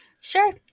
sure